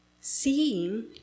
Seeing